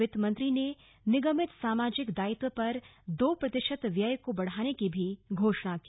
वित्त मंत्री ने निगमित सामाजिक दायित्व पर दो प्रतिशत व्यय को बढ़ाने की भी घोषणा की